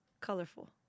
colorful